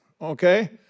Okay